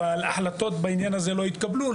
אבל החלטות בעניין הזה לא התקבלו.